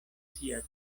sia